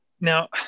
now